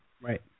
Right